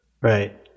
Right